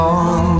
on